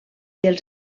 els